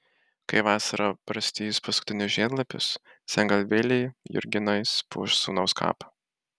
kai vasara barstys paskutinius žiedlapius sengalvėlė jurginais puoš sūnaus kapą